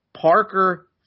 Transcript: Parker